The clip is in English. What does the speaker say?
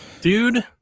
Dude